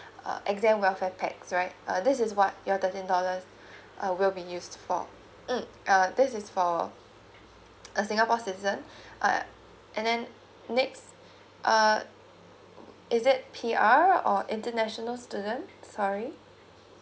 uh attend welfare pack right uh this is what your thirteen dollars uh will be used for mm uh this is for a singapore citizen uh and then next uh is it P_R or international student sorry